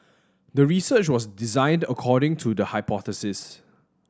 the research was designed according to the hypothesis